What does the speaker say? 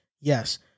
Yes